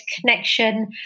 connection